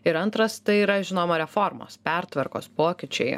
ir antras tai yra žinoma reformos pertvarkos pokyčiai